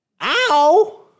ow